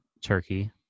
turkey